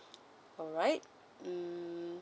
alright mm